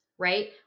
right